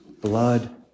Blood